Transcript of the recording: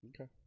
Okay